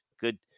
good